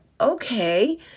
okay